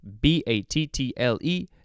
B-A-T-T-L-E